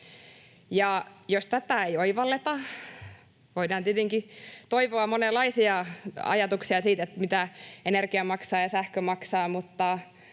Jos tätä ei oivalleta, voi tietenkin toiveissa olla monenlaisia ajatuksia siitä, mitä energia maksaa ja sähkö maksaa,